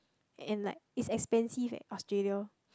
and like is expensive leh Australia